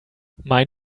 mein